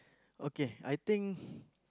okay I think